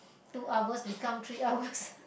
two hours become three hours